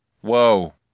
Whoa